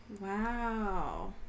Wow